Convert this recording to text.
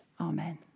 Amen